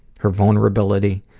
her vulnerability,